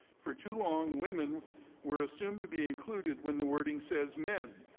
for too long, women were assumed to be included when the wording says men,